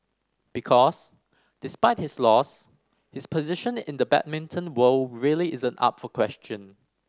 because despite his loss his position in the badminton world really isn't up for question